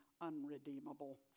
unredeemable